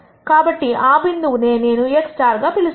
కాబట్టి ఆ బిందువునే నేను x అని పిలుస్తాను